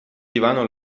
divano